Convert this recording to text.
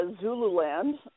Zululand